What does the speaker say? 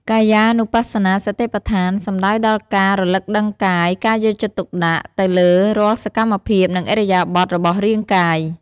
កាយានុបស្សនាសតិប្បដ្ឋាន សំដៅដល់ការរលឹកដឹងកាយ ការយកចិត្តទុកដាក់ទៅលើរាល់សកម្មភាព និងឥរិយាបថរបស់រាងកាយ។